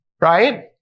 right